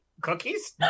cookies